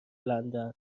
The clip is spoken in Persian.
لندن